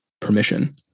permission